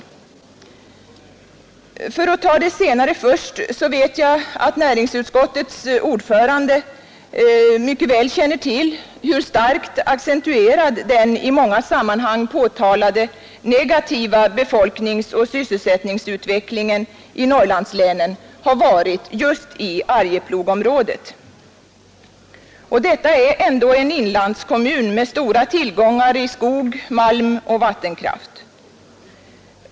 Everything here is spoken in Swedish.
124 För att ta det senare först så vet jag, att näringsutskottets ordförande mycket väl känner till hur starkt accentuerad den i många sammanhang påtalade negativa befolkningsoch sysselsättningsutvecklingen i Norrlandslänen har varit just i Arjeplogsområdet. Detta är ändå en inlandskommun med stora tillgångar i skog, malm och vattenkraft.